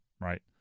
right